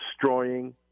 destroying